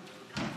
כנסת נכבדה,